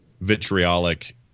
vitriolic